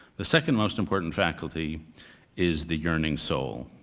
the second most important faculty is the yearning soul.